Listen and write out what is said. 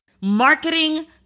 marketing